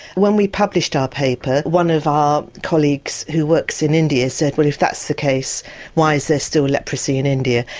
when we published our ah paper one of our colleagues who works in india said well if that's the case why is there still leprosy in india?